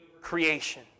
creation